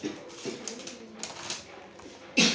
Insurance claim ಮಾಡದು ಹೆಂಗೆ?